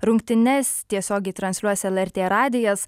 rungtynes tiesiogiai transliuos lrt radijas